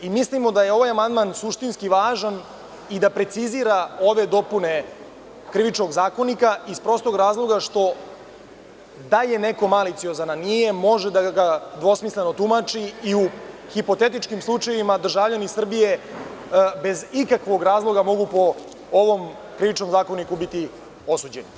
Mislimo da je ovaj amandman suštinski važan i da precizira ove dopune Krivičnog zakonika, iz prostog razloga što da li je neko maliciozan ili nije, može dvosmisleno da tumači i u hipotetičkim slučajevima, državljani Srbije bez ikakvog razloga mogu po ovom Krivičnom zakoniku biti osuđeni.